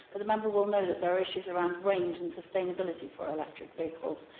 but the member will know that there are issues around range and sustainability for electric vehicles.